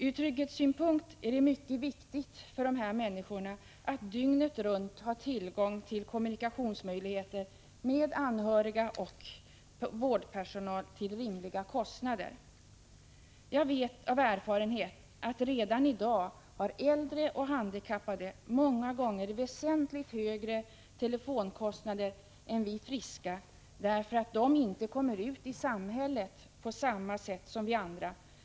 Ur trygghetssynpunkt är det mycket viktigt för de här människorna att till rimliga kostnader dygnet runt ha tillgång till kommunikationsmöjligheter med anhöriga och vårdpersonal. Jag vet av erfarenhet att äldre och handikappade redan i dag många gånger har väsentligt högre telefonkostnader än vi friska, därför att de inte kommer ut i samhället på samma sätt som vi andra.